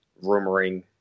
rumoring